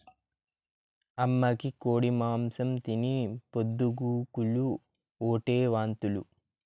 అమ్మకి కోడి మాంసం తిని పొద్దు గూకులు ఓటే వాంతులు